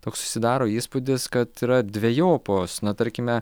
toks susidaro įspūdis kad yra dvejopos na tarkime